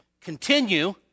continue